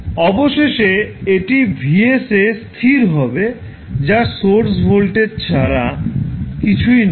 অবশেষে এটি VS এ স্থির হবে যা সোর্স ভোল্টেজ ছাড়া কিছুই নয়